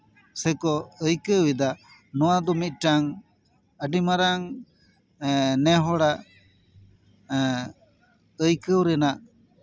ᱥᱮ ᱠᱚ ᱟᱹᱭᱠᱟᱹᱣ ᱮᱫᱟ ᱱᱚᱶᱟ ᱫᱚ ᱢᱤᱫᱴᱟᱱ ᱟᱹᱰᱤ ᱢᱟᱨᱟᱝ ᱱᱮᱦᱚᱲᱟᱜ ᱮᱜ ᱟᱹᱭᱠᱟᱹᱣ ᱨᱮᱱᱟᱜ